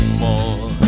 more